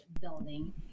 building